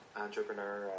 entrepreneur